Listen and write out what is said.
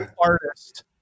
artist